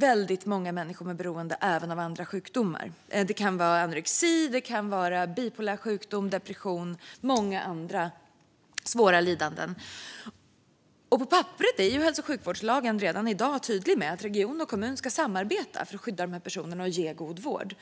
Väldigt många människor med beroende lider även av andra sjukdomar; det kan handla om anorexi, bipolär sjukdom, depression eller andra svåra lidanden. På papperet är hälso och sjukvårdslagen redan i dag tydlig med att regionen och kommunen ska samarbeta för att skydda dessa personer och ge god vård,